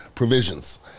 Provisions